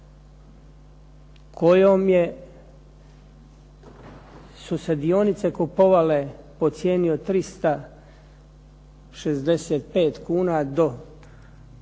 kojom je, su se dionice kupovale po cijeni od 365 kuna do,